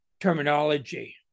terminology